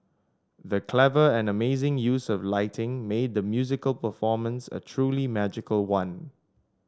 the clever and amazing use of lighting made the musical performance a truly magical one